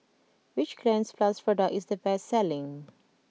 which Cleanz plus product is the best selling